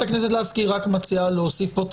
חברת הכנסת לסקי רק מציעה להוסיף פה את